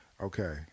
Okay